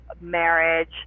marriage